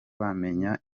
bamenya